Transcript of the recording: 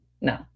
No